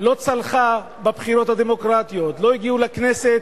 לא צלחה בבחירות הדמוקרטיות, לא הגיעו לכנסת,